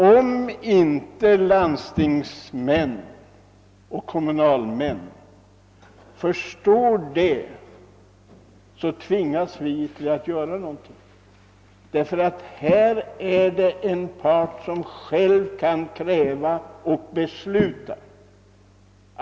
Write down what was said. Om landstingsmän och kommunalmän inte gör det, tvingas vi att handla. Det är här fråga om en part som kan både kräva och besluta.